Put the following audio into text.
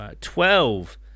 twelve